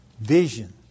vision